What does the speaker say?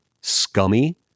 scummy